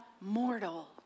mortal